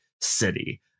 city